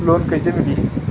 Loan कईसे मिली?